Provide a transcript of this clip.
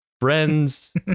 friend's